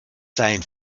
sein